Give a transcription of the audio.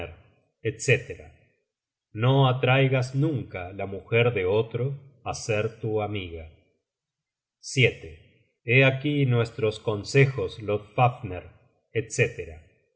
etc no atraigas nunca la mujer de otro á ser tu amiga hé aquí nuestros consejos lodfafner